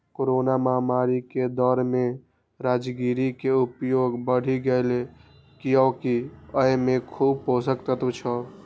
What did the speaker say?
corona महामारी के दौर मे राजगिरा के उपयोग बढ़ि गैले, कियैकि अय मे खूब पोषक तत्व छै